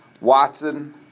Watson